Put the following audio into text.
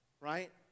right